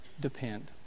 depend